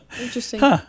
Interesting